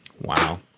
wow